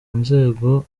nzego